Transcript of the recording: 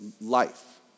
life